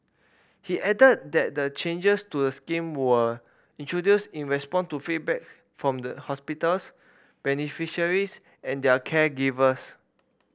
he added that the changes to the scheme were introduced in response to feedback from hospitals beneficiaries and their caregivers